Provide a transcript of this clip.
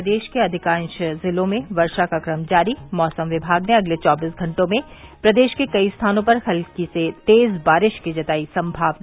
प्रदेश के अधिकांश जिलों में वर्षा का क्रम जारी मौसम विभाग ने अगले चौबीस घंटों में प्रदेश के कई स्थानों पर हल्की से तेज बारिश की जताई संभावना